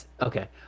Okay